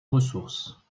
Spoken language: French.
ressources